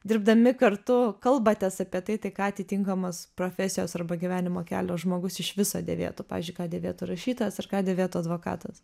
dirbdami kartu kalbatės apie tai tai ką atitinkamos profesijos arba gyvenimo kelio žmogus iš viso dėvėtų pavyzdžiui ką dėvėtų rašytojas ir ką dėvėtų advokatas